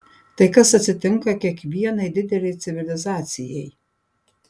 tai kas atsitinka kiekvienai didelei civilizacijai